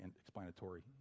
explanatory